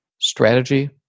strategy